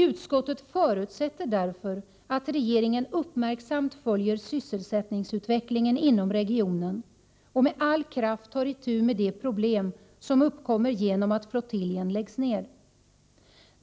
Utskottet förutsätter därför att regeringen uppmärksamt följer sysselsättningsutvecklingen inom regionen och med all kraft tar itu med de problem som uppkommer genom att flottiljen läggs ned.